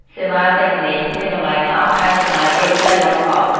សេវាទាំងនេះមានតម្លៃថោកហើយចំណាយពេលខ្លីបំផុត។